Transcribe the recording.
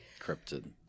cryptid